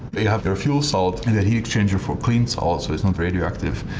they have their fuel salts and a heat exchanger for clean salts, not radioactive.